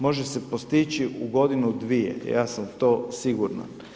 Može se postići u godinu, dvije, ja sam to siguran.